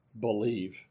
believe